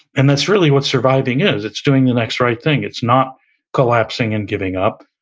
and that's really what surviving is. it's doing the next right thing, it's not collapsing and giving up,